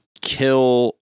kill